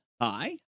Hi